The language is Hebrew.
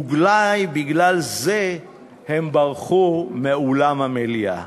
אולי בגלל זה הם ברחו מאולם המליאה.